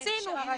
מיצינו.